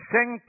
Sing